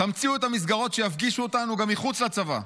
תמציאו את המסגרות שיפגישו אותנו גם מחוץ לצבא.